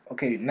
Okay